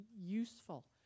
useful